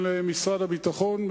על משרד הביטחון,